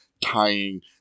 tying